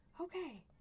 okay